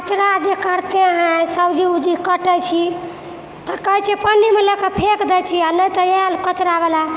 कचड़ा जे करतै है सब्जी उब्जी कटै छी तऽ कहै छी पन्नीमे लऽ कऽ फेक दै छी आओर नहि तऽ आयल कचड़ावला